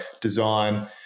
design